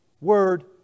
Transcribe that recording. word